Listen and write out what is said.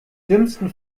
dümmsten